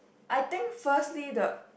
I think firstly the